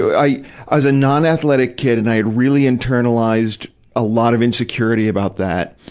i i was a non-athletic kid and i'd really internalized a lot of insecurity about that.